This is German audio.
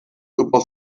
über